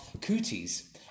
cooties